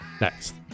Next